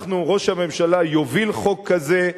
ראש הממשלה יוביל חוק כזה,